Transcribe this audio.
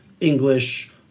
english